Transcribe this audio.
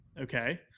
Okay